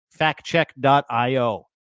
factcheck.io